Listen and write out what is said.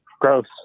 gross